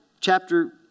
chapter